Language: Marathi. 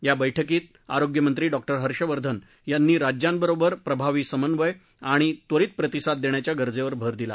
या बैठकीत आरोग्यमंत्री डॉ हर्षवर्धन यांनी राज्यांवरोबर प्रभावी संमन्वय आणि त्वरित प्रतिसाद देण्याच्या गरजेवर भर दिला